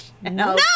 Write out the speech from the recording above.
No